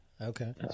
Okay